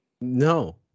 No